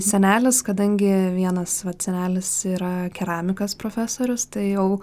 senelis kadangi vienas vat senelis yra keramikas profesorius tai jau